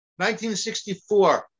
1964